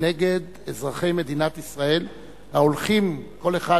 נגד אזרחי מדינת ישראל ההולכים, כל אחד